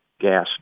gas